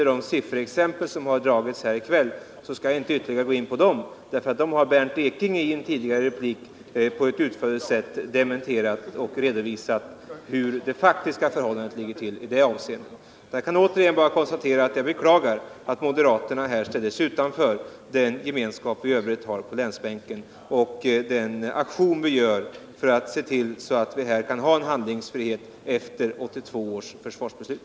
De sifferexempel som har dragits här i kväll skall jag inte gå in på ytterligare, för dem har Bernt Ekinge i en tidigare replik utförligt bemött, och redovisat hur det faktiskt ligger till. Jag kan återigen bara beklaga att moderaterna här ställer sig utanför den gemenskap vi i övrigt har på länsbänken och den aktion vi gör för att värna civilförsvarsskolan och se till att vi har handlingsfrihet efter 1982 års försvarsbeslut.